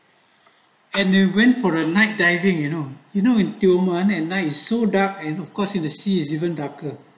and they went for a night diving you know you know in tioman at night is so dark and of course in the sea is given darker